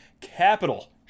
capital